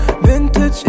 Vintage